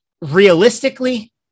Realistically